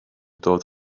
dod